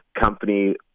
company